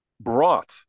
brought